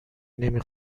نمی